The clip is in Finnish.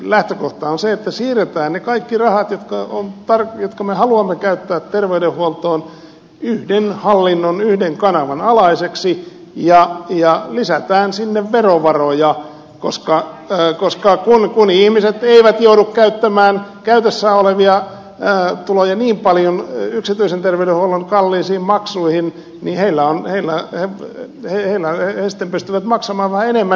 lähtökohta on se että siirretään ne kaikki rahat jotka me haluamme käyttää terveydenhuoltoon yhden hallinnon yhden kanavan alaisiksi ja lisätään sinne verovaroja koska kun ihmiset eivät joudu käyttämään käytössään olevia tuloja niin paljon yksityisen terveydenhuollon kalliisiin maksuihin niin he sitten pystyvät maksamaan vähän enemmän veroja